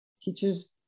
Teachers